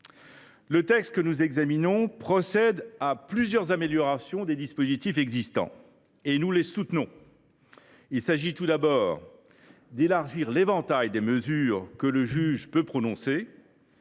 Le texte que nous examinons procède à plusieurs améliorations de dispositifs existants, que nous soutenons. Il s’agit tout d’abord d’élargir l’éventail des mesures que le juge peut prononcer,